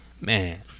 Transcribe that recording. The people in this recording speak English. man